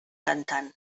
cantant